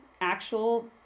actual